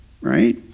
Right